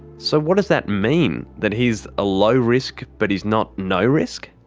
so what does that mean? that he's a low risk, but he's not no risk?